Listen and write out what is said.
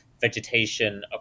vegetation